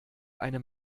eine